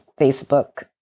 Facebook